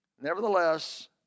nevertheless